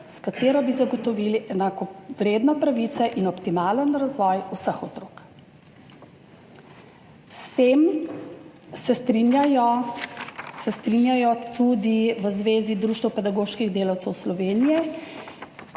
s katero bi zagotovili enakovredne pravice in optimalen razvoj vseh otrok. S tem se strinjajo tudi v Zvezi društev pedagoških delavcev Slovenije,